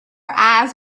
eyes